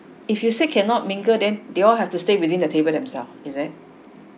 if you say cannot mingle then they all have to stay within the table themselves is it